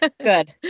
good